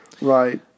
Right